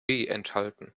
enthalten